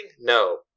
No